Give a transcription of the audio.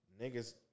niggas